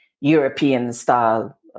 European-style